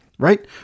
right